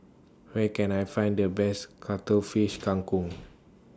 Where Can I Find The Best Cuttlefish Kang Kong